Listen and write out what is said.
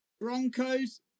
Broncos